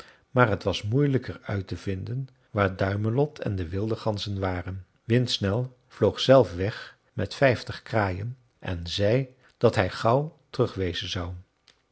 maar t was moeilijker uit te vinden waar duimelot en de wilde ganzen waren windsnel vloog zelf weg met vijftig kraaien en zei dat hij gauw terug wezen zou